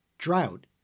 drought